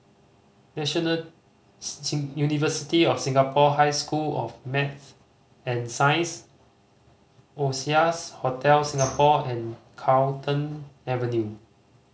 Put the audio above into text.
National University of Singapore High School of Math and Science Oasias Hotel Singapore and Carlton Avenue